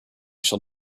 shall